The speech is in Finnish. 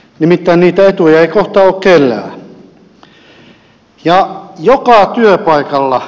nimittäin niitä etuja ei kohta ole kellään